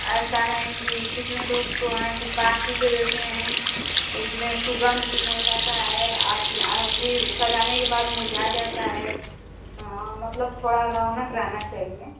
ऐसा नहीं कि कितने लोग तो हैं कि बासी दे देते हें उसमें सुगंध भी नहीं आता है फिर सजाने के बाद मुरझा जाता है हाँ मतलब थोड़ा रौनक रहेना चाहिए